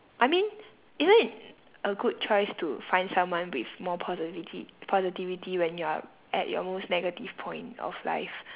I mean isn't it a good choice to find someone with more positivity positivity when you are at your most negative point of life